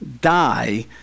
die